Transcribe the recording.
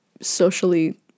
socially